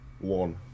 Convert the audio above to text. one